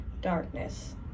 darkness